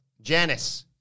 Janice